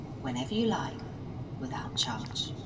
whenever you like without charge.